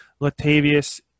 Latavius